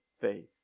faith